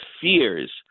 fears